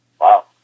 Wow